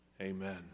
amen